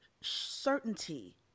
certainty